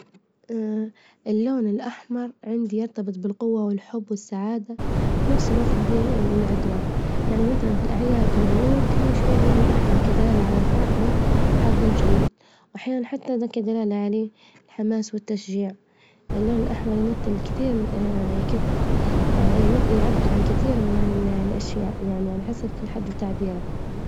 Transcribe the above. اللون الأحمر عندي يرتبط بالقوة والحب والسعادة، بنفس الوقت العدوان، يعني مثلا في الأعياد والعروظ اللون الأحمر كدالة على الفرح، الحظ الجيد، وأحيانا حتى إذا كان دلالة يعني الحماس والتشجيع، اللون الأحمر يمتل الكتير من يعبر عن كثير من الأشياء يعني على حسب كل أحد وتعبيره.